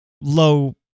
low